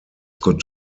could